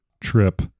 trip